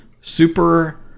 Super